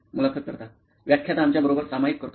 मुलाखत कर्ता व्याख्याता आमच्या बरोबर सामायिक करतो